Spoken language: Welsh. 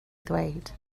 ddweud